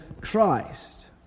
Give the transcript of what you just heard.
Christ